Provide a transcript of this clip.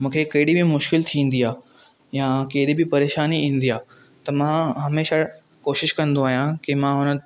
मूंखे कहिड़ी बि मुश्किल थींदी आहे या कहिड़ी बि परेशानी ईंदी आहे त मां हमेशह कोशिशि कंदो आहियां कि मां उन